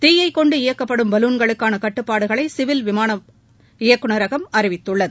தீயைக் கொண்டு இயக்கப்படும் பலூன்களுக்கான கட்டுப்பாடுகளை சிவில் விமான இயக்குநரகம் அறிவித்துள்ளது